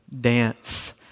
dance